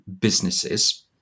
businesses